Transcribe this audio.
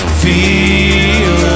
feel